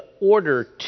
order